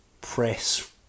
press